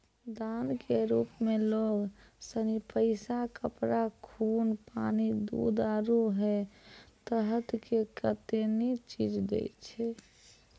दान के रुप मे लोग सनी पैसा, कपड़ा, खून, पानी, दूध, आरु है तरह के कतेनी चीज दैय छै